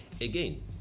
Again